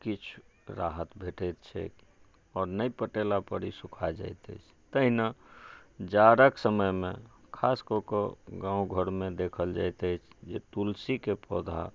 किछु राहत भेटै छै आओर नहि पटेलापर ई सुखा जाइत अछि तहिना जाड़क समयमे खास कऽ कऽ गाँव घरमे देखल जाइत अछि जे तुलसीके पौधा